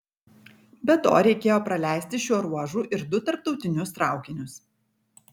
be to reikėjo praleisti šiuo ruožu ir du tarptautinius traukinius